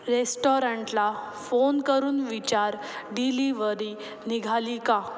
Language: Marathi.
रेस्टॉरंटला फोन करून विचार डिलिवरी निघाली का